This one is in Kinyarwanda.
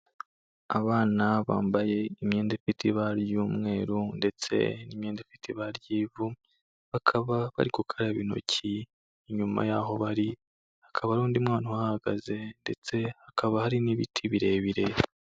Abana bambaye imyenda ifite ibara ry'umweru ndetse n'imyenda ifite ibara ry'ivu bakaba bari gukaraba intoki, inyuma y'aho bari hakaba hari undi mwana uhagaze ndetse hakaba hari n'ibiti birebire.